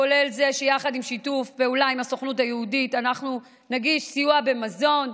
כולל זה שבשיתוף פעולה עם הסוכנות היהודית אנחנו נגיש סיוע במזון,